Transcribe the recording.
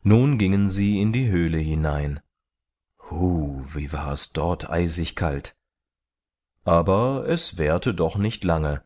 nun gingen sie in die höhle hinein hu wie war es dort eisig kalt aber es währte doch nicht lange